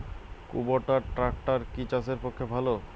কুবটার ট্রাকটার কি চাষের পক্ষে ভালো?